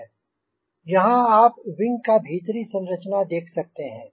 यहाँ आप विंग का भीतरी संरचना देख सकते हैं